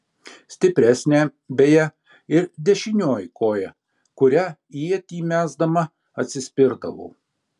stipresnė beje ir dešinioji koja kuria ietį mesdama atsispirdavau